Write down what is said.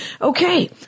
Okay